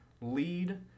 lead